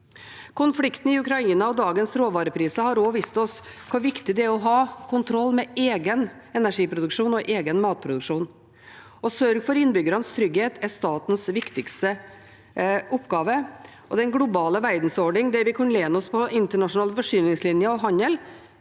Konflikten i Ukraina og dagens råvarepriser har også vist oss hvor viktig det er å ha kontroll med egen energiproduksjon og egen matproduksjon. Å sørge for innbyggernes trygghet er statens viktigste oppgave, og den globale verdensorden, der vi kunne lene oss på internasjonale forsyningslinjer og handel,